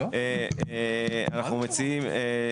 אנחנו מציעים,